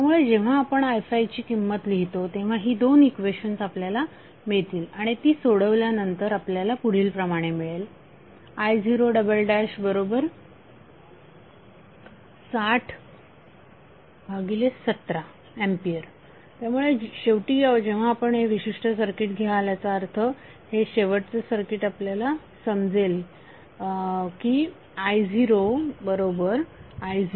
त्यामुळे जेव्हा आपण i5ची किंमत लिहितो तेव्हा ही दोन इक्वेशन्स आपल्याला मिळतील आणि ती सोडवल्यानंतर आपल्याला पुढील प्रमाणे मिळेल i0 6017A त्यामुळे शेवटी जेव्हा आपण हे विशिष्ट सर्किट घ्याल याचा अर्थ हे शेवटचे सर्किट आपल्याला समजेल की i0i0i0